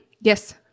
Yes